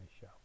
show